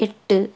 எட்டு